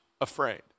afraid